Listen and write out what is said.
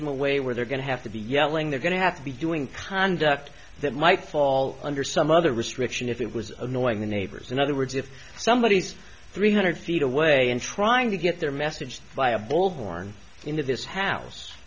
in a way where they're going to have to be yelling they're going to have to be doing conduct that might fall under some other restriction if it was annoying the neighbors in other words if somebody is three hundred feet away and trying to get their message via a bullhorn into this house